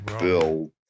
Bill